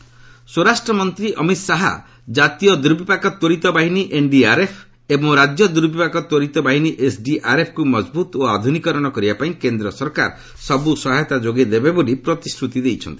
Shah NDRF ସ୍ୱରାଷ୍ଟ୍ର ମନ୍ତ୍ରୀ ଅମିତ୍ ଶାହା ଜାତୀୟ ଦୁର୍ବିପାକ ତ୍ୱରିତ ବାହିନୀ ଏନ୍ଡିଆର୍ଏଫ୍ ଏବଂ ରାଜ୍ୟ ଦୁର୍ବିପାକ ତ୍ୱରିତ ବାହିନୀ ଏସ୍ଡିଆର୍ଏଫ୍କୁ ମଜବୁତ୍ ଓ ଆଧୁନିକୀକରଣ କରିବାପାଇଁ କେନ୍ଦ୍ର ସରକାର ସବୁ ସହାୟତା ଯୋଗାଇ ଦେବେ ବୋଲି ପ୍ରତିଶ୍ରତି ଦେଇଛନ୍ତି